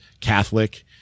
Catholic